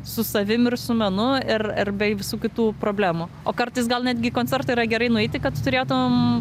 su savim ir su menu ir ir be visų kitų problemų o kartais gal netgi į koncertą yra gerai nueiti kad turėtum